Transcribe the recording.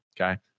Okay